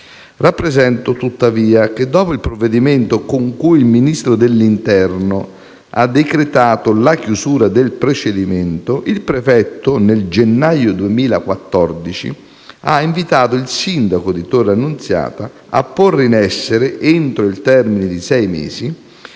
Rappresento, tuttavia, che, dopo il provvedimento con cui il Ministro dell'interno ha decretato la chiusura del procedimento, nel gennaio 2014 il prefetto ha invitato il sindaco di Torre Annunziata a porre in essere, entro il termine di sei mesi,